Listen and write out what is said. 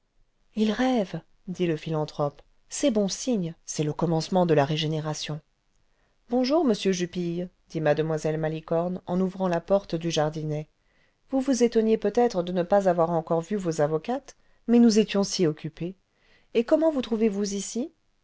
ii rêve dit le philanthrope c'est bon signe c'est le commencement de la régénération bonjour monsieur jupille dit mle malicorne en ouvrant la porte du jardinet vous vous étonniez peut-être cle ne pas avoir encore vu vos avocates mais nous étions si occupées et comment vous trouvez-vous ici